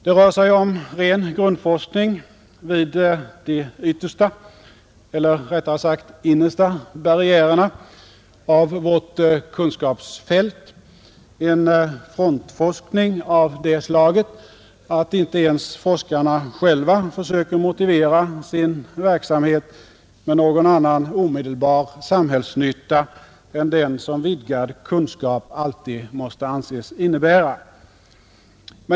Det rör sig om ren grundforskning vid de yttersta eller rättare sagt innersta barriärerna av vårt kunskapsfält, en frontforskning av det slaget att inte ens forskarna själva försöker motivera sin verksamhet med någon annan omedelbar samhällsnytta än den som vidgad kunskap alltid måste anses innebära.